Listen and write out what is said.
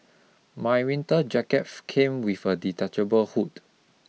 my winter jacket came with a detachable hood